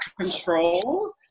control